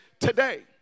today